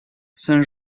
saint